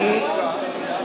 לאיזה דודו רותם צריך להאמין?